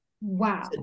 Wow